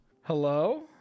Hello